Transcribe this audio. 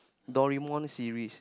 Doraemon series